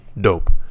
dope